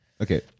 okay